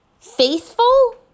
faithful